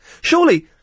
Surely